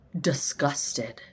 Disgusted